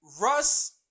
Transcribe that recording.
Russ